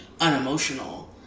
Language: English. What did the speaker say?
unemotional